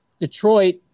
Detroit